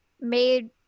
made